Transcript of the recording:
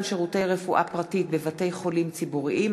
שירותי רפואה פרטית בבתי-חולים ציבוריים),